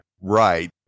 Right